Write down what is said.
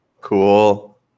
Cool